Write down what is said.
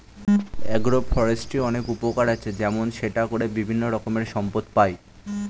agro ফরেস্ট্রির অনেক উপকার আছে, যেমন সেটা করে বিভিন্ন রকমের সম্পদ পাই